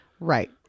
right